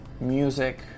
music